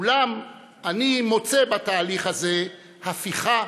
אולם אני מוצא בתהליך זה 'הפיכה'